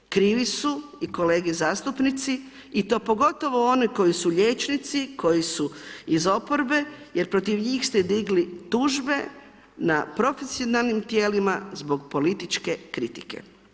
Krivi su i kolege zastupnici i to pogotovo oni koji su liječnici, koji su iz oporbe jer protiv njih ste digli tužbe na profesionalnim tijelima zbog političke kritike.